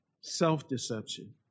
self-deception